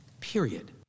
period